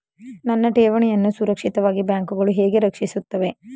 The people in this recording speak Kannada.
ನನ್ನ ಠೇವಣಿಯನ್ನು ಸುರಕ್ಷಿತವಾಗಿ ಬ್ಯಾಂಕುಗಳು ಹೇಗೆ ರಕ್ಷಿಸುತ್ತವೆ?